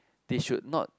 they should not